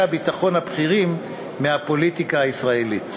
הביטחון הבכירים מהפוליטיקה הישראלית.